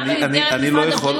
גם במסגרת משרד הבריאות,